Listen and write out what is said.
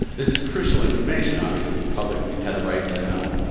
this is crucial information. obviously the public had a right to know.